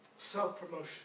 self-promotion